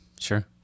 Sure